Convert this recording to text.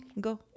go